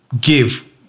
give